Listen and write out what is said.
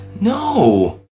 no